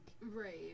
Right